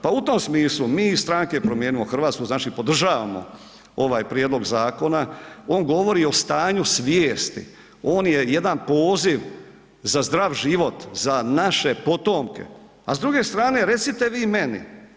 Pa u tom smislu, mi iz stranke Promijenimo Hrvatsku znači podržavamo ovaj prijedlog zakona. on govori o stanju svijesti, on je jedan poziv za zdrav život, za naše potomke, a s druge strane, recite vi meni.